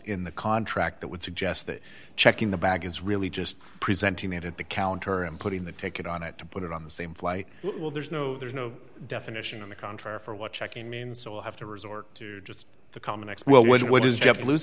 in the contract that would suggest that checking the bag is really just presenting it at the counter and putting the ticket on it to put it on the same flight well there's no there's no definition on the contrary for what checking means will have to resort to just the common x well what is jet blue